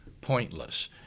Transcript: pointless